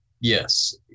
Yes